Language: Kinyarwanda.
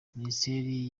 minisiteri